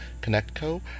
ConnectCo